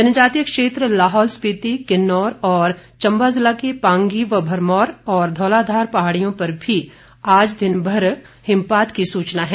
जनजातीय क्षेत्र लाहौल स्पीति किन्नौर और चंबा ज़िला के पांगी तथा भरमौर और धौलाधार पहाड़ियों पर भी आज दिनभर हिमपात की सूचना है